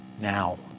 now